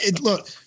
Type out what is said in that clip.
look